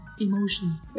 emotion